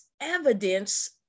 evidence